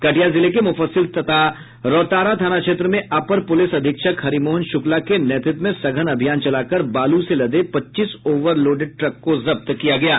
कटिहार जिले के मुफस्सिल तथा रौतारा थाना क्षेत्र में अपर पुलिस अधीक्षक हरिमोहन शुक्ला के नेतृत्व में सघन अभियान चलाकर बालू से लदे पच्चीस ओवर लोडेड ट्रक को जब्त किया गया है